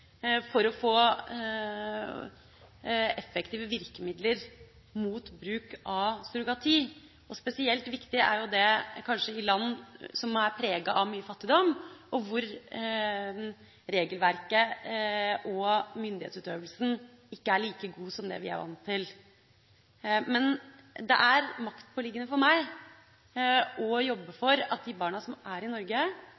for å få effektive virkemidler mot bruk av surrogati. Spesielt viktig er det kanskje i land som er preget av mye fattigdom, og hvor regelverket og myndighetsutøvelsen ikke er like god som det vi er vant til. Men det er maktpåliggende for meg å jobbe